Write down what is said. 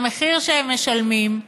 למחיר שהם משלמים,